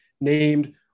named